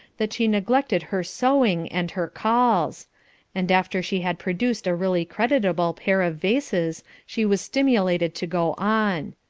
that she neglected her sewing and her calls and after she had produced a really creditable pair of vases, she was stimulated to go on.